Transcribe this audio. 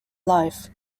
life